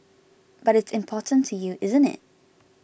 but it's important to you isn't it